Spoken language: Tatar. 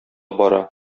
бара